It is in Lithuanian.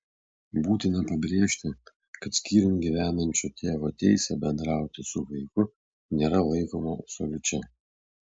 būtina pabrėžti kad skyrium gyvenančio tėvo teisė bendrauti su vaiku nėra laikoma absoliučia